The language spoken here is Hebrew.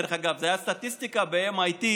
דרך אגב, זה היה סטטיסטיקה ב-MIT,